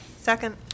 Second